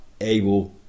able